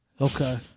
Okay